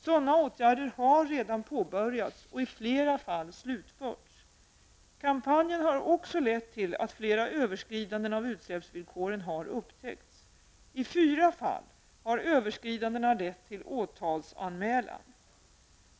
Sådana åtgärder har redan påbörjats och i flera fall slutförts. Kampanjen har också lett till att flera överskridanden av utsläppsvillkoren har upptäckts. I fyra fall har överskridandena lett till åtalsanmälan.